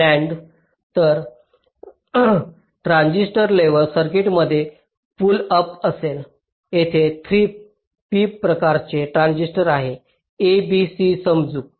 तर transistor level सर्किटमध्ये pull up असेल तेथे 3 p प्रकारचे ट्रान्झिस्टर असतील A B C समजू